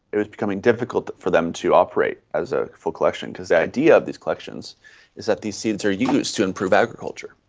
it was becoming difficult for them to operate as a full collection, because the idea of these collections is that these seeds are used to improve agriculture,